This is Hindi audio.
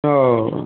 ह